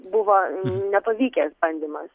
buvo nepavykęs bandymas